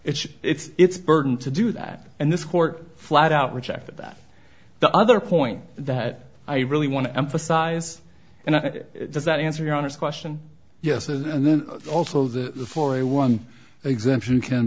it's its burden to do that and this court flat out rejected that the other point that i really want to emphasize and does that answer your honor's question yes and then also the florey one exemption can